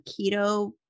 keto